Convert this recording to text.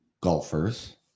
golfers